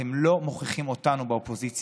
אתם לא מוכיחים אותנו באופוזיציה.